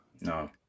No